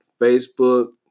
Facebook